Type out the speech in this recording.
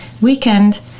weekend